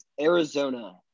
Arizona